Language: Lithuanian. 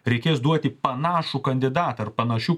reikės duoti panašų kandidatą ar panašių